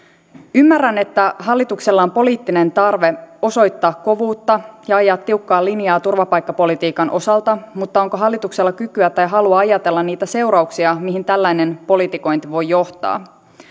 ymmärrän että hallituksella on poliittinen tarve osoittaa kovuutta ja ajaa tiukkaa linjaa turvapaikkapolitiikan osalta mutta onko hallituksella kykyä tai halua ajatella niitä seurauksia mihin tällainen politikointi voi johtaa